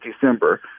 December